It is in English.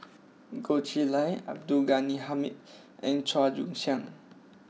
Goh Chiew Lye Abdul Ghani Hamid and Chua Joon Siang